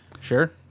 sure